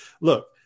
look